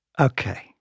Okay